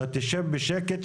אתה תשב בשקט,